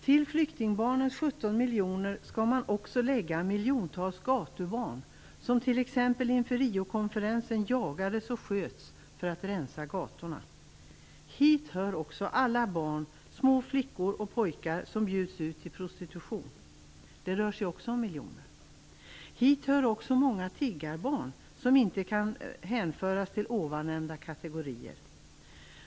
Till flyktingbarnens 17 miljoner skall man också lägga miljontals gatubarn, som t.ex. inför Riokonferensen jagades och sköts för att rensa gatorna. Hit hör också alla barn, små flickor och pojkar, som bjuds ut till prostitution. Det rör sig också om miljoner. Hit hör också många tiggarbarn, som inte kan hänföras till tidigare nämnda kategorier.